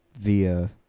via